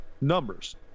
numbers